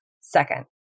Second